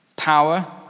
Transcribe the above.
Power